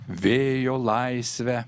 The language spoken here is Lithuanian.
vėjo laisvę